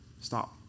stop